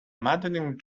maddening